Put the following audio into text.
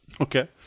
Okay